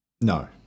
No